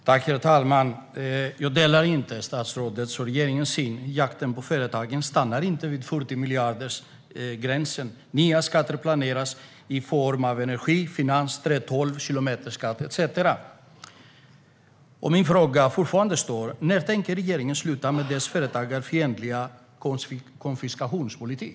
Herr talman! Jag delar inte statsrådets och regeringens syn. Jakten på företagen stannar inte vid 40-miljardersgränsen. Nya skatter planeras i form av energi, finans, 3:12, kilometerskatt etcetera. Min fråga kvarstår: När tänker regeringen sluta med sin företagsfientliga konfiskeringspolitik?